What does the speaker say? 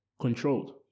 controlled